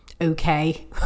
okay